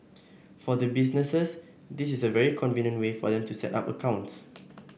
for the businesses this is a very convenient way for them to set up accounts